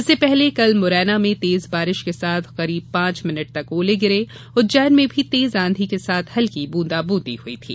इससे पहले कल मुरैना में तेज बारिश के साथ करीब पांच मिनट तक ओले गिरे उज्जैन में भी तेज ऑधी के साथ हल्की ब्रंदा बांदी हुई थी